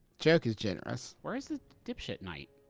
joke is generous. where's the dipshit knight?